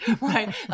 right